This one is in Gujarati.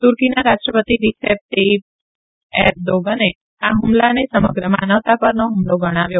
તુર્કીના રાષ્ટ્રપતિ રીસેપ તેથિપ એરદોગને આ ફમલાને સમગ્ર માનવતા પરનો હ્મલો ગણાવ્યો